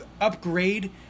upgrade